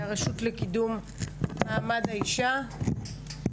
מהרשות לקידום מעמד האישה, בבקשה.